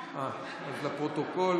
נתקבלה.